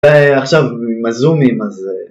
אה... עכשיו... עם ה'זומים' אז אה...